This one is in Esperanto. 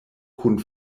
kun